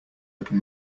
open